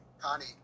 Connie